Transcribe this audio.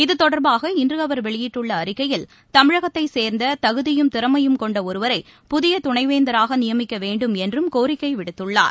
இத்தொடர்பாக இன்றுஅவர் வெளியிட்டுள்ளஅறிக்கையில் தமிழகத்தைச் சேர்ந்ததகுதியும் திறமையும் கொண்டஒருவரை புதியதுணைவேந்தராகநியமிக்கவேண்டும் என்றும் கோரிக்கைவிடுத்துள்ளார்